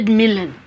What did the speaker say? million